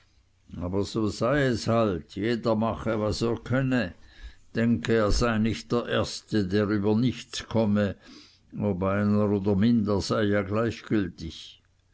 aber so sei es halt jeder mache was er könne denke er sei nicht der erste der über nichts komme ob einer mehr oder minder sei ja gleichgültig